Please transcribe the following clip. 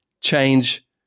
change